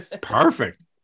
Perfect